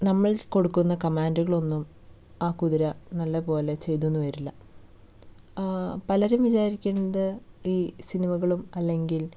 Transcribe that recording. നമ്മൾ കൊടുക്കുന്ന കമാൻ്റുകളൊന്നും ആ കുതിര നല്ല പോലെ ചെയ്തെന്നു വരില്ല പലരും വിചാരിക്കുന്നത് ഈ സിനിമകളും അല്ലെങ്കിൽ